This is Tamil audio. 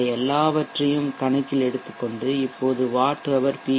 இந்த எல்லாவற்றையும் கணக்கில் எடுத்துக்கொண்டு இப்போது வாட் ஹவர் பி